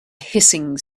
hissing